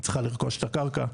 היא צריכה לרכוש את הקרקע,